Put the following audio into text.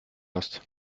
hast